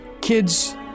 kids